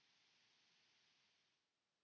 Kiitos.